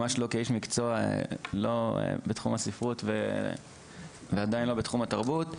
ממש לא כאיש מקצועי לא בתחום הספרות ועדיין לא בתחום התרבות,